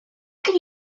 could